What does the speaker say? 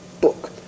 book